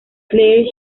clair